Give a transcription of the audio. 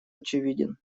очевиден